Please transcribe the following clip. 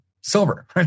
silver